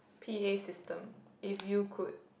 P_A system if you could